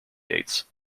dates